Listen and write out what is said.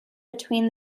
between